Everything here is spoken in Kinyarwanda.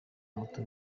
moto